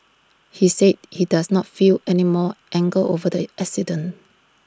he said he does not feel any more anger over the accident